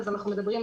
אז אנחנו מדברים,